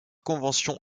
convention